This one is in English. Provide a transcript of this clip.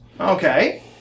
Okay